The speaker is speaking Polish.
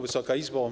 Wysoka Izbo!